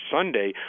Sunday